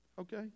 okay